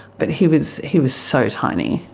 but he was he was so tiny.